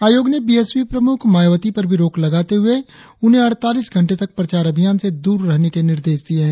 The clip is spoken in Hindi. आयोग ने बीएसपी प्रमुख मायावती पर भी रोक लगाते हुए उन्हें अड़तालीस घंटे तक प्रचार अभियान से दूर रहने के निर्देश दिए हैं